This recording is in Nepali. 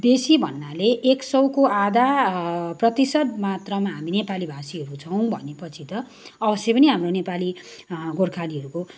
बेसी भन्नाले एक सौको आधा प्रतिशत मात्रामा हामी नेपालीभाषीहरू छौँ भनेपछि त अवश्यै पनि हाम्रो नेपाली गोर्खालीहरूको